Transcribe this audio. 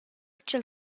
ch’el